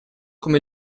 come